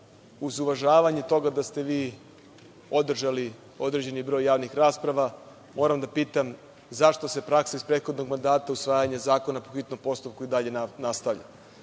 uz uvažavanje toga da ste vi održali određeni broj javnih rasprava, moram da pitam – zašto se praksa iz prethodnog mandata usvajanja zakona po hitnom postupku i dalje nastavlja?